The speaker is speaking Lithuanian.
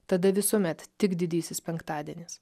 tada visuomet tik didysis penktadienis